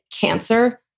cancer